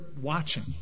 watching